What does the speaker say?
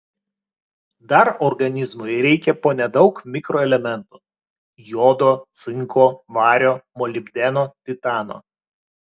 dar organizmui reikia po nedaug mikroelementų jodo cinko vario molibdeno titano